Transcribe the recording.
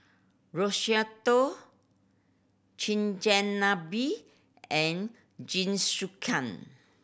Risotto Chigenabe and Jingisukan